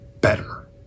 better